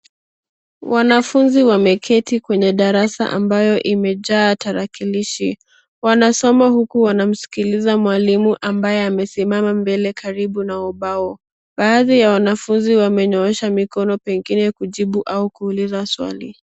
Wanafunzi wameketi kwenye darasa ambayo imejaa tarakilishi. Wanasoma huku wanamsikiliza mwalimu ambaye amesimama mbele karibu na ubao. Baadhi ya wanafunzi wamenyoosha mikono pengine kujibu au kuuliza swali.